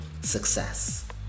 success